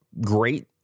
great